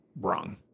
wrong